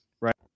right